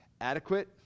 adequate